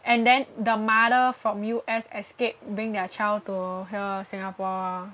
and then the mother from U_S escape bring their child to here Singapore